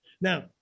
Now